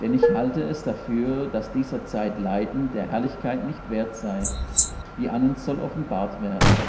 denn ich halte es dafür daß dieser zeit leiden der herrlichkeit nicht wert sei die an uns soll offenbart werden